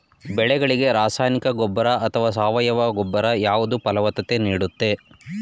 ಬೆಳೆಗಳಿಗೆ ರಾಸಾಯನಿಕ ಗೊಬ್ಬರ ಅಥವಾ ಸಾವಯವ ಗೊಬ್ಬರ ಯಾವುದು ಫಲವತ್ತತೆ ನೀಡುತ್ತದೆ?